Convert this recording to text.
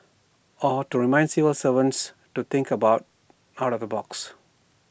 or to remind civil servants to think about out of the box